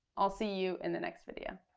i'll see you in the next video.